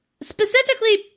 Specifically